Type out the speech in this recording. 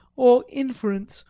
or inference,